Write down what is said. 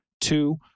Two